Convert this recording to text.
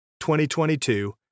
2022